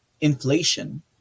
inflation